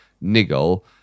niggle